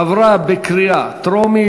פיקוח על בתי-ספר (תיקון, השעיית עובד